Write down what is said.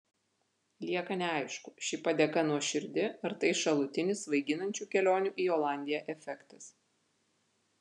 lieka neaišku ši padėka nuoširdi ar tai šalutinis svaiginančių kelionių į olandiją efektas